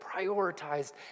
prioritized